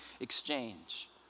exchange